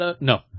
no